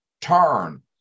turn